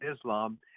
Islam